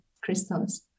crystals